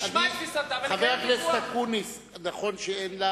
נשמע את תפיסתם ונקיים ויכוח.